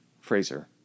Fraser